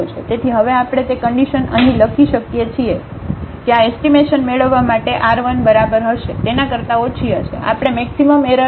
તેથી હવે આપણે તે કન્ડિશન અહીં લખી શકીએ છીએ કે આ એસ્ટીમેશન મેળવવા માટે r 1 બરાબર હશે તેના કરતાં ઓછી હશે આપણે મેક્સિમમ એરર અહીં લખી છે જે 0